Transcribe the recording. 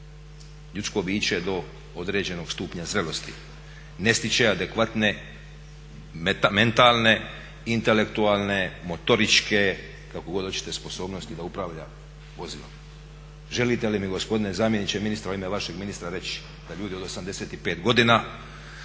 ljudsko biće do određenog stupnja zrelosti ne stječe adekvatne mentalne, intelektualne, motoričke kakve god hoćete sposobnosti da upravlja vozilom. Želite li mi gospodine zamjeniče ministra u ime vašeg ministra reći da ljudi od 85 godina